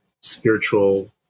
spiritual